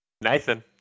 Nathan